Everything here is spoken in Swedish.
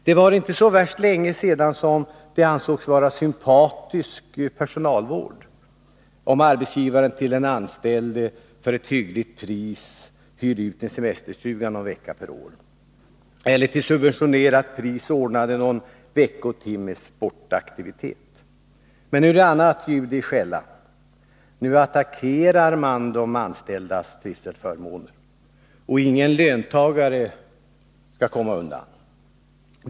Det var inte så värst länge sedan som det ansågs vara sympatisk personalvård om arbetsgivaren till den anställde för ett hyggligt pris hyrde ut en semesterstuga någon vecka per år eller till subventionerat pris ordnade någon veckotimmes sportaktivitet. Men nu är det annat ljud i skällan. Nu attackerar man de anställdas trivselförmåner, och ingen löntagare skall komma undan.